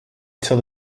till